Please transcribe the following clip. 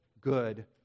good